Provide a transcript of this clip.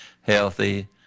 healthy